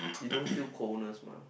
you don't fell coldness mah